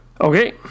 Okay